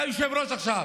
אתה היושב-ראש עכשיו,